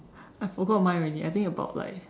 I forgot mine already I think about like